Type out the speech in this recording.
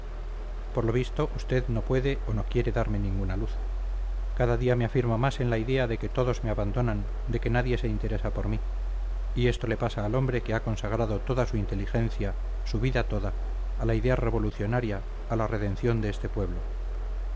por lo visto usted no puede o no quiere darme ninguna luz cada día me afirmo más en la idea de que todos me abandonan de que nadie se interesa por mí y esto le pasa al hombre que ha consagrado toda su inteligencia su vida toda a la idea revolucionaria a la redención de este pueblo